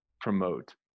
promote